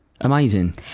amazing